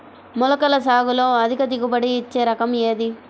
మొలకల సాగులో అధిక దిగుబడి ఇచ్చే రకం ఏది?